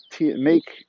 make